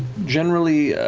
generally,